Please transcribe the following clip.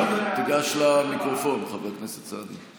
בבקשה, תיגש למיקרופון, חבר הכנסת סעדי.